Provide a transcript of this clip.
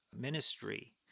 ministry